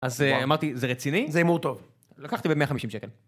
אז אמרתי, זה רציני? זה הימור טוב. לקחתי ב-150 שקל.